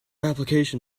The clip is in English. application